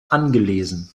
angelesen